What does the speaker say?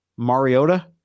Mariota